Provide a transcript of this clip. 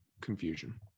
confusion